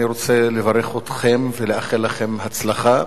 אני רוצה לברך אתכם ולאחל לכם הצלחה.